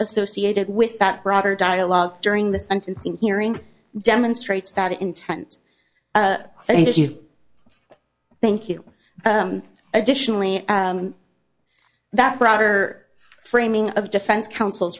associated with that broader dialogue during the sentencing hearing demonstrates that intent thank you thank you additionally that broader framing of defense counsel